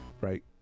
right